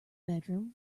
bedroom